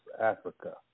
Africa